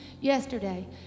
yesterday